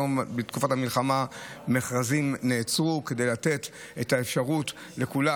בתקופת המלחמה מכרזים נעצרו כדי לתת את האפשרות לכולם,